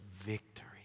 Victory